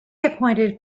appointed